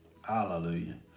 Hallelujah